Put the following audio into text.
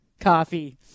Coffee